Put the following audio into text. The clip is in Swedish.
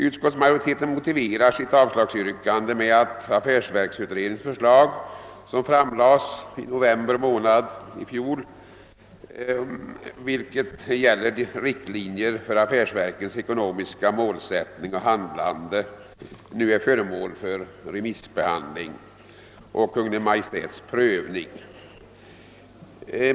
Utskottsmajoriteten motiverar sitt avslagsyrkande med att affärsverksutredningens förslag till riktlinjer för affärsverkens ekonomiska målsättning och handlande, som framlades i november månad i fjol, nu är föremål för remissbehandling och Kungl. Maj:ts prövning.